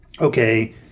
okay